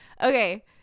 okay